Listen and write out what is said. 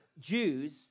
Jews